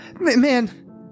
Man